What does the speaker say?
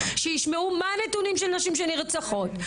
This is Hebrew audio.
שישמעו מה הנתונים של נשים שנרצחות,